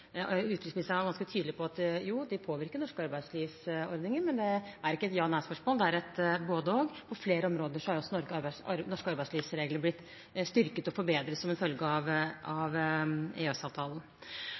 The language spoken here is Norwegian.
var ganske tydelig på at den påvirker norske arbeidslivsordninger. Men det er ikke et ja-eller-nei-spørsmål; det er et både-og-spørsmål. På flere områder har også norske arbeidslivsregler blitt styrket og forbedret som en følge av